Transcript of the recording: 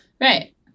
Right